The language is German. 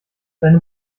seine